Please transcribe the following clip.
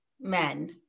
men